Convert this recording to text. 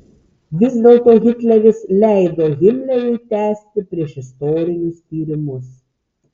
vis dėlto hitleris leido himleriui tęsti priešistorinius tyrimus